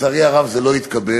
לצערי הרב זה לא התקבל.